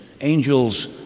Angels